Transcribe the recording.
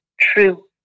true